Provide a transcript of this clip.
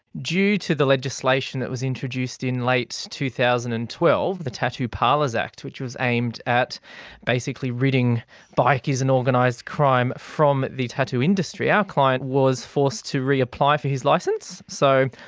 due to the legislation that was introduced in late two thousand and twelve, the tattoo parlours act, which was aimed at basically ridding bikies and organised crime from the tattoo industry, our client was forced to reapply for his licence. so,